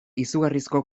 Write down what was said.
izugarrizko